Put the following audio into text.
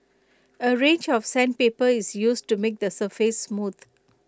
A range of sandpaper is used to make the surface smooth